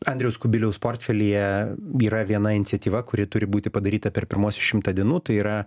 andriaus kubiliaus portfelyje yra viena iniciatyva kuri turi būti padaryta per pirmuosius šimtą dienų tai yra